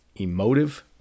emotive